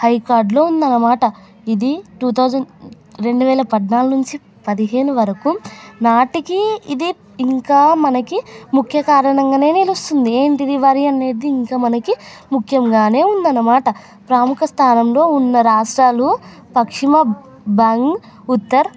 high కార్డులో ఉందన్నమాట ఇది టూ థౌసండ్ రెండువేల పద్నాలుగు నుంచి పదిహేను వరకు నాటికి ఇది ఇంకా మనకి ముఖ్య కారణంగా నిలుస్తుంది ఏంటిది వరి అనేది ఇంక మనకి ముఖ్యంగా ఉందన్నమాట ప్రముఖ స్థానంలో ఉన్న రాష్ట్రాలు పశ్చిమ బెంగాల్ ఉత్తర